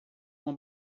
uma